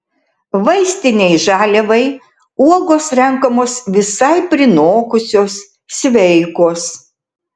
vaistinei žaliavai uogos renkamos visai prinokusios sveikos